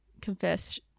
confess